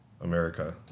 America